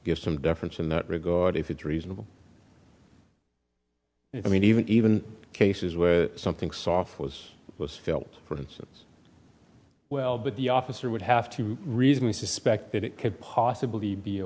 give some deference in that regard if it's reasonable i mean even even cases where something soft was was felt for instance well but the officer would have to reason we suspect that it could possibly be a